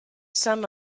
some